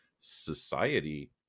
society